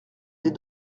des